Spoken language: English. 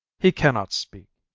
he cannot speak,